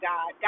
God